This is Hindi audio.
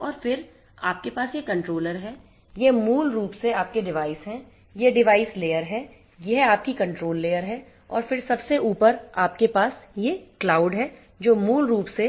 और फिर आपके पास यह कंट्रोलर है ये मूल रूप से आपके डिवाइस हैं यह डिवाइस लेयर है यह आपकी कंट्रोल लेयर है और फिर सबसे ऊपर पर आपके पास ये क्लाउड है जो मूल रूप से